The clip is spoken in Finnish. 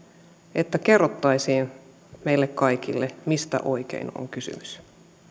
että kerrottaisiin meille kaikille mistä oikein on kysymys